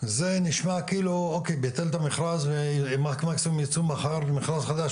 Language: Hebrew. זה נשמע כאילו אוקיי הוא ביטל את המכרז ומקסימום ייצאו מחר למכרז חדש,